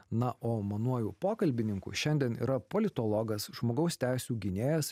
na o manuoju pokalbininku šiandien yra politologas žmogaus teisių gynėjas